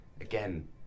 Again